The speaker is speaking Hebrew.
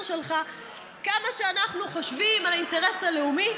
שלך כמה אנחנו חושבים על האינטרס הלאומי.